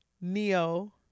Neo